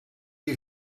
you